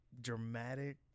dramatic